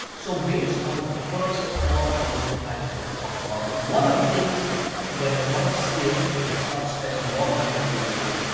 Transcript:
so based on the first four audience types that i talked about, one of the things when you wanna scale and start spending more money on and facebook,